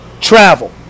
travel